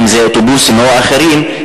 אם זה אוטובוסים או אמצעים אחרים,